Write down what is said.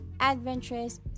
adventurous